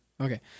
Okay